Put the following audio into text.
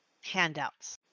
handouts